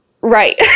right